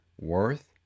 worth